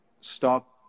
stop